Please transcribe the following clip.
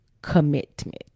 Commitment